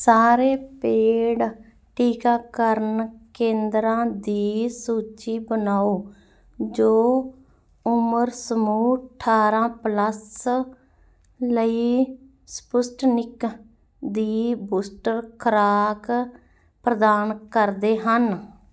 ਸਾਰੇ ਪੇਡ ਟੀਕਾਕਰਨ ਕੇਂਦਰਾਂ ਦੀ ਸੂਚੀ ਬਣਾਓ ਜੋ ਉਮਰ ਸਮੂਹ ਅਠਾਰ੍ਹਾਂ ਪਲੱਸ ਲਈ ਸਪੁਸਟਨਿਕ ਦੀ ਬੂਸਟਰ ਖੁਰਾਕ ਪ੍ਰਦਾਨ ਕਰਦੇ ਹਨ